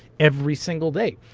every single day.